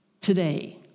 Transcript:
today